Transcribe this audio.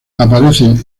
aparecen